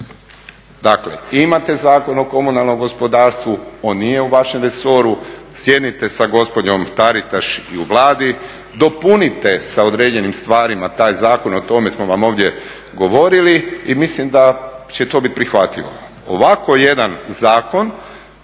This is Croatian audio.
Dakle, imate Zakon o komunalnom gospodarstvu, on nije u vašem resoru, sjednite sa gospođom Taritaš i u Vladi, dopunite sa određenim stvarima taj zakon o tome smo vam ovdje govorili i mislim da će to biti prihvatljivo. Ovako jedan zakon